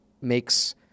makes